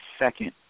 second